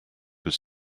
was